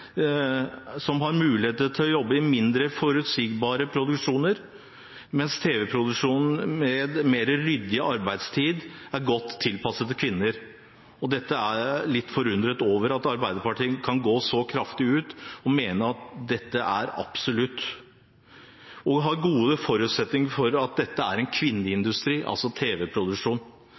som har mulighet til å jobbe i mindre forutsigbare filmproduksjoner, mens tv-produksjon, med mer ryddig arbeidstid, er godt tilpasset kvinner. Jeg er litt forundret over at Arbeiderpartiet kan gå så kraftig ut og mene dette, at tv-produksjon har gode forutsetninger for å være en kvinnevennlig industri. Jeg vil si at det er